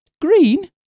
Green